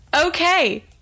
Okay